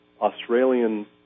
Australian